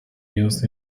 used